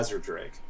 Drake